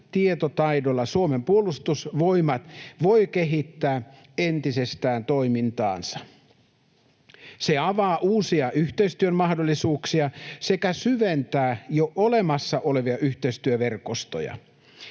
tietotaidolla Suomen puolustusvoimat voi kehittää entisestään toimintaansa. Se avaa uusia yhteistyön mahdollisuuksia sekä syventää jo olemassa olevia yhteistyöverkostoja.